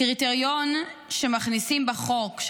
הקריטריון שמכניסים בחוק,